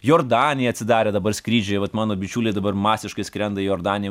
jordanija atsidarė dabar skrydžiai vat mano bičiuliai dabar masiškai skrenda į jordaniją